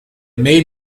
may